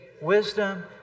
wisdom